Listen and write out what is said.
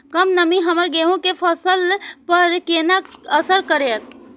कम नमी हमर गेहूँ के फसल पर केना असर करतय?